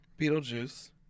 Beetlejuice